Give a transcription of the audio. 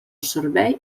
servei